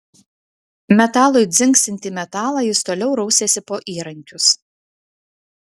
metalui dzingsint į metalą jis toliau rausėsi po įrankius